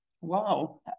Wow